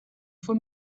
for